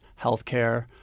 healthcare